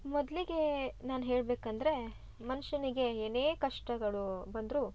ಮೊದಲಿಗೇ ನಾನು ಹೇಳಬೇಕಂದ್ರೆ ಮನುಷ್ಯನಿಗೆ ಏನೇ ಕಷ್ಟಗಳೂ ಬಂದರೂ